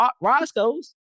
Roscoe's